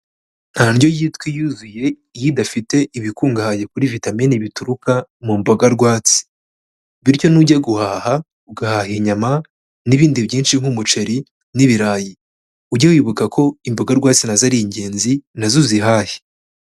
Nta ndyo yitwa iyuzuye iyo idafite ibikungahaye kuri vitamini bituruka mu mboga rwatsi. Bityo nujya guhaha ugahaha inyama n'ibindi byinshi nk'umuceri n'ibirayi. Uge wibuka ko imboga rwatsi nazo ari ingenzi nazo uzihahe.